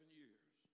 years